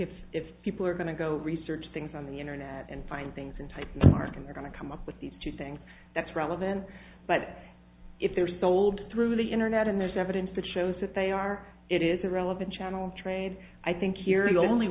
it's if people are going to go research things on the internet and find things in type market they're going to come up with these two things that's relevant but if they're sold through the internet and there's evidence that shows that they are it is a relevant channel trade i think you're the only